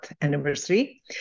anniversary